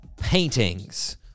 paintings